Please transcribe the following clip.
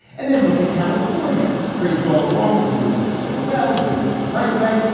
and then look at california, praised all along for doing it so well, doing it the right way.